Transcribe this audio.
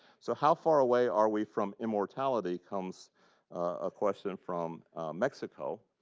so how far away are we from immortality, comes a question from mexico.